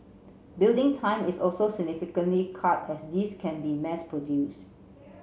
building time is also cut as these can be mass produced